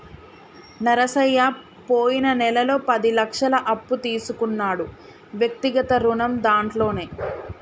నరసయ్య పోయిన నెలలో పది లక్షల అప్పు తీసుకున్నాడు వ్యక్తిగత రుణం దాంట్లోనే